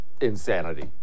insanity